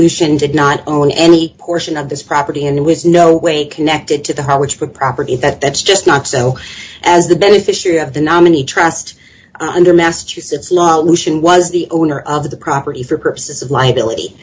lucian did not own any portion of this property and it was no way connected to the harwich for property that that's just not so as the beneficiary of the nominee trust under massachusetts law lucian was the owner of the property for purposes of liability